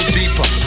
deeper